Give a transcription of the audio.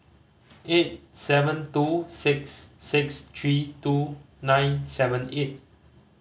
eight seven two six six three two nine seven eight